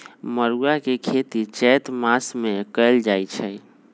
मरुआ के खेती चैत मासमे कएल जाए छै